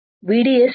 VDS కి VGS VG అవసరం